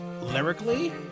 lyrically